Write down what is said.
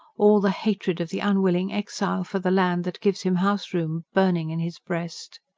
all the hatred of the unwilling exile for the land that gives him house-room burning in his breast.